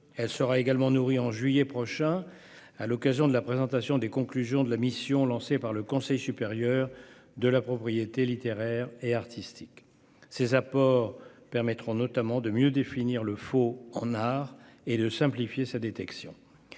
sera également nourrie au mois de juillet prochain par les conclusions de la mission lancée par le Conseil supérieur de la propriété littéraire et artistique. Ses apports permettront notamment de mieux définir le faux en art et de simplifier sa détection,